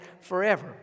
forever